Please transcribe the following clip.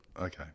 Okay